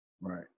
Right